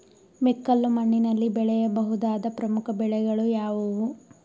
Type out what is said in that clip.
ಮೆಕ್ಕಲು ಮಣ್ಣಿನಲ್ಲಿ ಬೆಳೆಯ ಬಹುದಾದ ಪ್ರಮುಖ ಬೆಳೆಗಳು ಯಾವುವು?